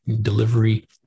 delivery